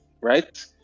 right